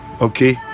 okay